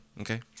okay